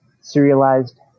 serialized